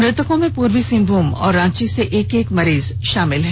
मृतकों में पूर्वी सिंहभूम और रांची से एक एक मरीज शामिल हैं